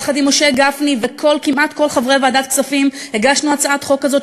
יחד עם משה גפני וכמעט כל חברי ועדת הכספים הגשנו הצעת חוק כזאת,